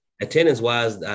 attendance-wise